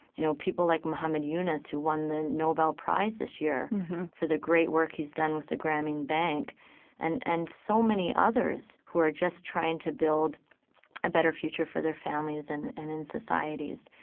you know, people like muhammad yunus who won the nobel prize this year for the great work he's done with the grameen bank and and so many others who are just trying to build a better future for their families and and in societies.